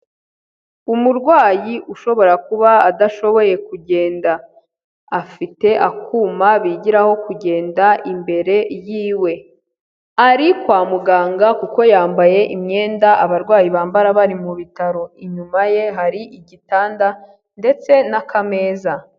Umurwayi ushobora kuba adashoboye kugenda, afite akuma bigiraho kugenda imbere yiwe, ari kwa muganga kuko yambaye imyenda abarwayi bambara bari mu bitaro, inyuma ye hari igitanda ndetse n'akameza.